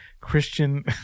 Christian